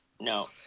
No